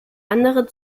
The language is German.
andere